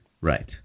Right